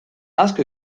asko